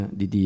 di